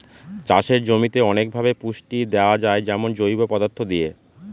চাষের জমিতে অনেকভাবে পুষ্টি দেয়া যায় যেমন জৈব পদার্থ দিয়ে